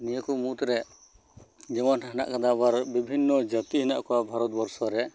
ᱱᱤᱭᱟᱹ ᱠᱚ ᱢᱩᱫᱽᱨᱮ ᱡᱮᱢᱚᱱ ᱦᱮᱱᱟᱜ ᱠᱟᱫᱟ ᱟᱵᱟᱨ ᱵᱤᱵᱷᱤᱱᱱᱚ ᱡᱟᱛᱤ ᱦᱮᱱᱟᱜ ᱠᱚᱣᱟ ᱵᱷᱟᱨᱚᱛᱵᱚᱨᱥᱚ ᱨᱮ